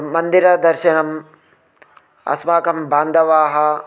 मन्दिरदर्शनम् अस्माकं बान्धवाः